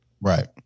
Right